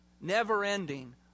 never-ending